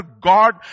God